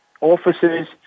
officers